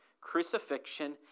crucifixion